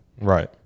right